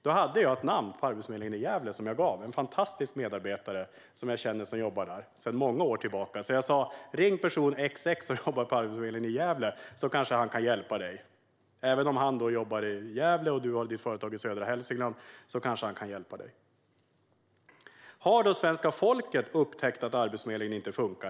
Jag hade ett namn på Arbetsförmedlingen i Gävle, som jag gav honom - en fantastisk medarbetare som jag känner och som jobbar där sedan många år tillbaka. Jag sa: Ring person XX, som jobbar på Arbetsförmedlingen i Gävle, så kanske han kan hjälpa dig, även om han jobbar i Gävle och du har ditt företag i södra Hälsingland. Har då svenska folket upptäckt att Arbetsförmedlingen inte funkar?